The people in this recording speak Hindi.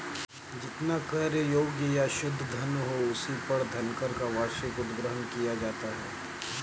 जितना कर योग्य या शुद्ध धन हो, उसी पर धनकर का वार्षिक उद्ग्रहण किया जाता है